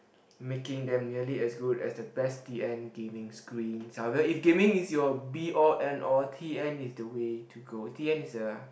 making them nearly as good as the best D_N gaming screen however if gaming is your B O N O T N is the way to go T N is the